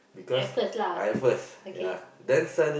at first lah okay